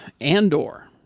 Andor